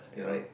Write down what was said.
you know